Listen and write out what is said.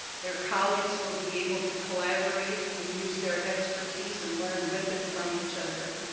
their colleagues will be able to collaborate and use their expertise and learn with and from each other.